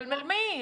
אבל מי?